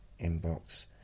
Inbox